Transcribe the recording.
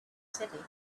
city